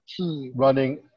running